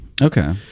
Okay